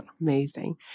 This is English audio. Amazing